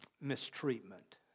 mistreatment